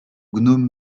gnome